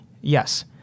Yes